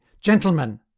gentlemen